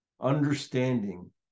understanding